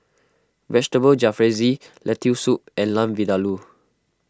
Vegetable Jalfrezi Lentil Soup and Lamb Vindaloo